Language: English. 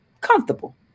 comfortable